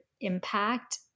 impact